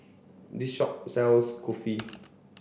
this shop sells Kulfi